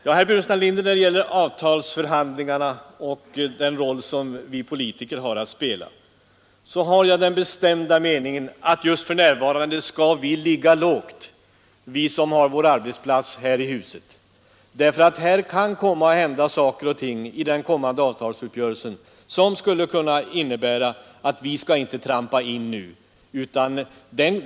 Jag vill till herr Burenstam Linder säga att jag när det gäller den roll vi politiker har att spela i avtalsförhandlingarna hyser den bestämda meningen att vi som har vår arbetsplats här i riksdagshuset för närvarande skall ligga lågt. Det kan nämligen komma att hända saker i den kommande avtalsuppgörelsen som gör att det inte är lämpligt att nu trampa in i detta sammanhang.